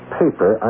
paper